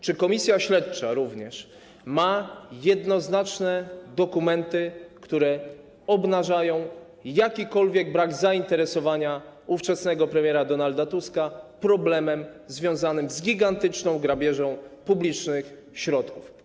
Czy komisja śledcza ma jednoznaczne dokumenty, które obnażają jakikolwiek brak zainteresowania ówczesnego premiera Donalda Tuska problemem związanym z gigantyczną grabieżą publicznych środków?